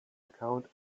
account